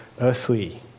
earthly